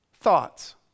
thoughts